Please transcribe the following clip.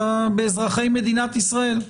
באזרחי מדינת ישראל.